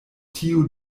tiu